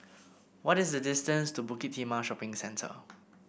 what is the distance to Bukit Timah Shopping Centre